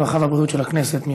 הרווחה והבריאות של הכנסת.